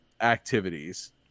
activities